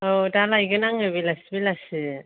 औ दा लायगोन आंङो बेलासि बेलासि